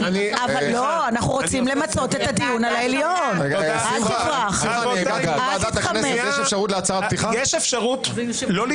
שמאמין בעליונות יהודית, התורה שלו היא